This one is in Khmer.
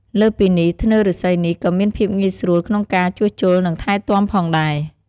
លើសពីនេះ ធ្នើរឬស្សីនេះក៏មានភាពងាយស្រួលក្នុងការជួសជុល និងថែទាំផងដែរ។